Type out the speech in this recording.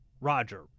Roger